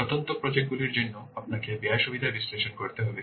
স্বতন্ত্র প্রজেক্ট গুলির জন্য আপনাকে ব্যয় সুবিধা বিশ্লেষণ করতে হবে